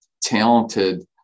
talented